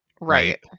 Right